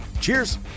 Cheers